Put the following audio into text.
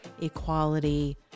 equality